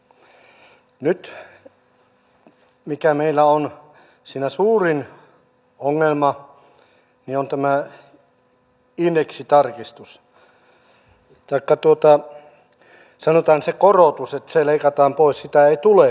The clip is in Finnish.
nyt se mikä meillä on siinä suurin ongelma on tämä indeksitarkistus taikka sanotaan että se korotus leikataan pois sitä ei tule siihen